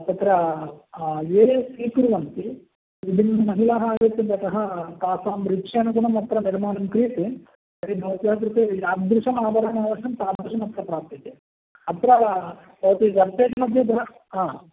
तत्र ये स्वीकुर्वन्ति विभिन्नमहिलाः आगच्छन्ति अतः तासां निरीक्षानुगुणम् अत्र निर्माणं क्रियते तर्हि भवत्याः कृते यादृशमाभरणम् आवश्यकं तादृशमत्र प्राप्यते अत्र भवती वेब्सैट्मध्ये दरष्